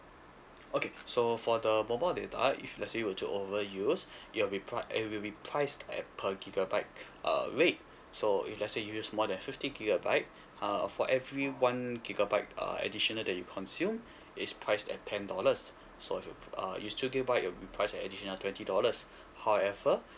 okay so for the mobile data if let's say you were to over use it'll be pric~ it will be priced at per gigabyte uh rate so if let's say use more than fifty gigabyte uh for every one gigabyte uh additional that you consumed it's priced at ten dollars so if you uh you still get buy at price additional twenty dollars however